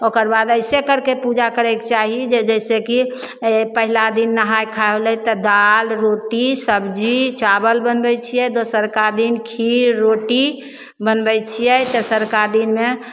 ओकरबाद अइसे करिके पूजा करैके चाही जे जइसेकि ए पहिला दिन नहाइ खाइ होलै तऽ दालि रोटी सबजी चावल बनबै छिए दोसरका दिन खीर रोटी बनबै छिए तेसरका दिनमे